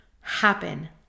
happen